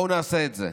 בואו נעשה את זה,